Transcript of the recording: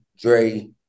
Dre